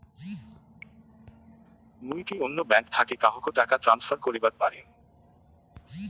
মুই কি অন্য ব্যাঙ্ক থাকি কাহকো টাকা ট্রান্সফার করিবার পারিম?